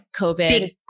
COVID